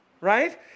right